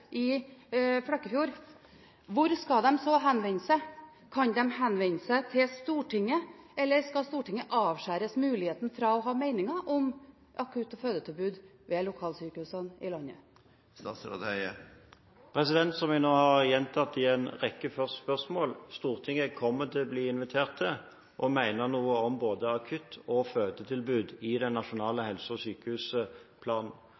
i Flekkefjord, hvor skal de henvende seg? Kan de henvende seg til Stortinget, eller skal Stortinget avskjæres fra muligheten til å ha meninger om akutt- og fødetilbudet ved lokalsykehusene i landet? Som jeg nå har gjentatt i svarene på en rekke spørsmål: Stortinget kommer til å bli invitert til å mene noe om både akuttilbudet og fødetilbudet i den